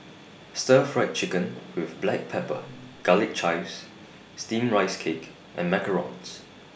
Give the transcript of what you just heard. Stir Fried Chicken with Black Pepper Garlic Chives Steamed Rice Cake and Macarons